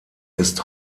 ist